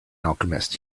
alchemist